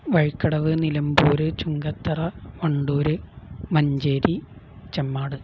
Vazhikkadavu Nilambur Chungathara Wandoor Manjeri Chemmad